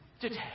Today